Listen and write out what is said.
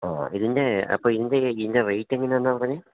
ആ ഇതിൻ്റെ അപ്പോൾ ഇതിൻ്റെ റേറ്റെങ്ങനെയാണെന്നാണ് പറഞ്ഞത്